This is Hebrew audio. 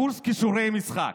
קורס כישורי משחק.